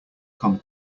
come